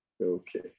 Okay